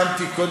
אני הסכמתי אתך,